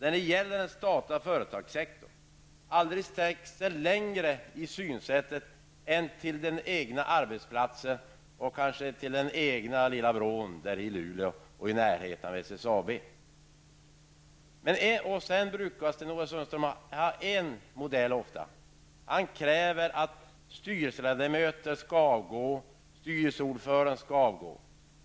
Vad gäller den statliga företagssektorn har Sten-Ove Sundström aldrig sträckt sig längre än till att intressera sig för den egna arbetsplatsen och till den egna lilla vrån i Luleå i närheten av SSAB. Han brukar ofta använda sig av en viss modell, nämligen den som går ut på att kräva styrelseordförandens och styrelseledamöternas avgång.